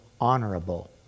honorable